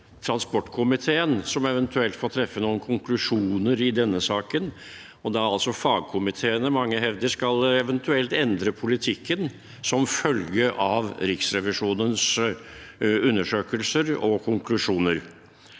transportkomiteen som eventuelt får trekke noen konklusjoner i saken. Det er altså fagkomiteene mange hevder eventuelt skal endre politikken som følge av Riksrevisjonens undersøkelser og konklusjoner.